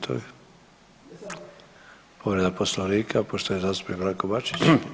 Povreda Poslovnika poštovani zastupnik Branko Bačić.